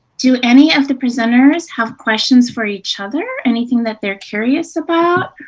do any of the presenters have questions for each other, anything that they are curious about?